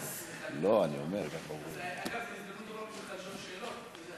אגב, זאת ההזדמנות שלך לשאול שאלות.